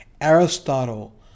Aristotle